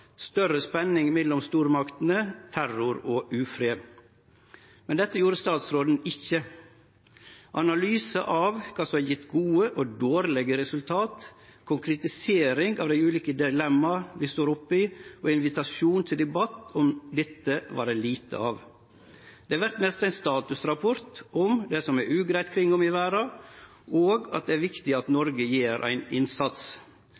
større spenning mellom stormaktene, terror og ufred. Men dette gjorde utanriksministeren ikkje. Analyse av kva som har gjeve gode resultat, og kva som har gjeve dårlege resultat, konkretisering av dei ulike dilemmaa vi står oppe i, og invitasjon til debatt om dette var det lite av. Det vart mest ein statusrapport om det som er ugreitt kringom i verda, og at det er viktig at Noreg gjer ein innsats.